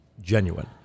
genuine